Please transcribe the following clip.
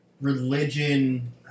religion